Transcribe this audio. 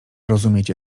rozumiecie